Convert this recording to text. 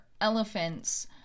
elephants